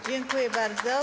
Dziękuję bardzo.